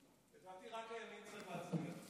לדעתי רק הימין צריך לעשות את זה.